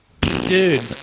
dude